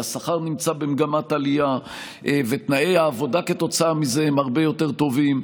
השכר נמצא במגמת עלייה ותנאי העבודה כתוצאה מזה הם הרבה יותר טובים,